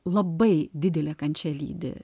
labai didelė kančia lydi